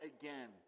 again